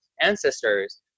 ancestors